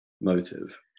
motive